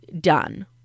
done